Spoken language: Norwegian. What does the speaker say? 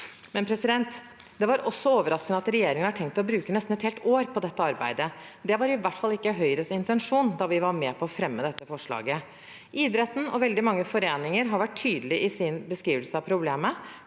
ønsker det. Det var også overraskende at regjeringen har tenkt å bruke nesten et helt år på dette arbeidet. Det var i hvert fall ikke Høyres intensjon da vi var med på å fremme dette forslaget. Idretten og veldig mange foreninger har vært tydelige i sin beskrivelse av problemet.